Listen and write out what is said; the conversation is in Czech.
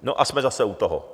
No a jsme zase u toho.